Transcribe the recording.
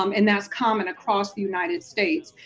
um and that's common across the united states,